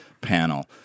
panel